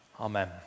Amen